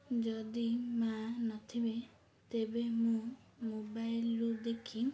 ଯଦି ମାଆ ନଥିବେ ତେବେ ମୁଁ ମୋବାଇଲ୍ରୁୁ ଦେଖି